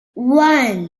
one